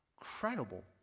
incredible